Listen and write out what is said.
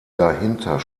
dahinter